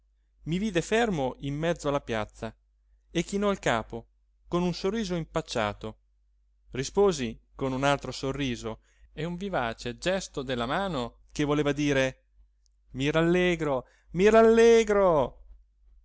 i vide fermo in mezzo alla piazza e chinò il capo con un sorriso impacciato risposi con un altro sorriso e un vivace gesto della mano che voleva dire i rallegro mi rallegro